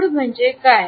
गूढ म्हणजे काय